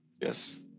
Yes